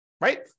right